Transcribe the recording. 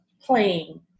playing